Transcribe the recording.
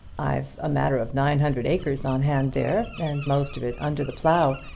i've a matter of nine hundred acres on hand there, and most of it under the plough.